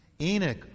Enoch